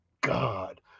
God